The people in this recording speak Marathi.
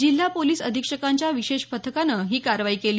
जिल्हा पोलिस अधीक्षकांच्या विषेश पथकाने ही कारवाई केली